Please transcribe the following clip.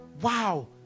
wow